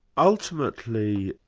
ultimately,